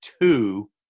two